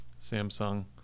Samsung